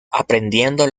aprendiendo